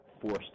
forced